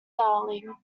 darling